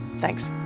thanks